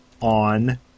on